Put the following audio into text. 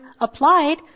applied